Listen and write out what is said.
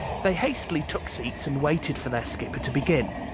they hastily took seats and waited for their skipper to begin.